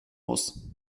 muss